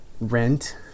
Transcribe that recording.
rent